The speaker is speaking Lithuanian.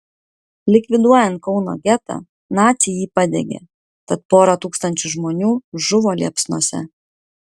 likviduojant kauno getą naciai jį padegė tad pora tūkstančių žmonių žuvo liepsnose